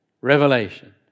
Revelation